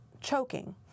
choking